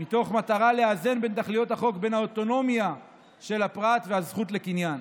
מתוך מטרה לאזן בין תכליות החוק לבין האוטונומיה של הפרט והזכות לקניין.